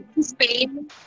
Spain